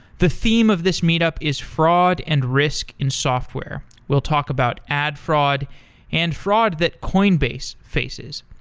the theme of this meet up is fraud and risk in software. we'll talk about ad fraud and fraud that coinbase faces.